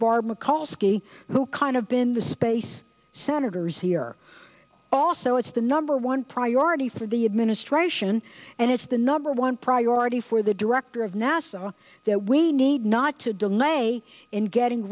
mikulski who kind of been the space senators here also it's the number one priority for the administration and it's the number one priority for the director of nasa we need not to delay in getting